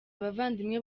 abavandimwe